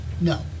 No